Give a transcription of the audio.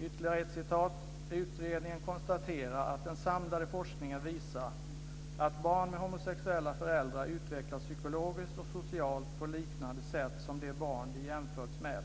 Ytterligare ett citat: "Utredningen konstaterar att den samlade forskningen visar att barn med homosexuella föräldrar utvecklas psykologiskt och socialt på liknande sätt som de barn de jämförts med.